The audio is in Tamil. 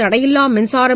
தடையில்லா மின்சாரம்